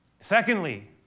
Secondly